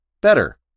Better